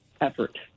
effort